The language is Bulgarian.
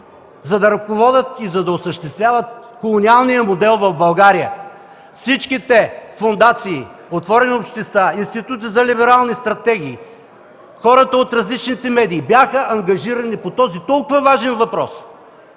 за да ръководят и да осъществяват колониалния модел в България! Всички те – фондации, „Отворено общество”, Институтът за либерални стратегии, хората от различните медии, бяха ангажирани по този толкова важен въпрос